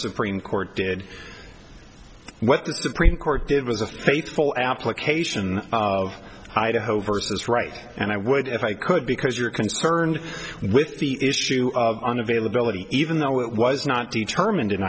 supreme court did what the supreme court did was a faithful application of idaho versus right and i would if i could because you're concerned with the issue on availability even though it was not determined in